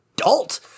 adult